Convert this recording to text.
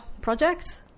project